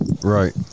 right